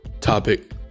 topic